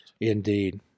Indeed